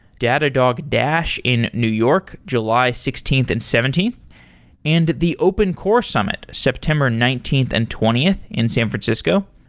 datadog dash in new york, july sixteenth and seventeenth and the open core summit, september nineteenth and twentieth in san francisco.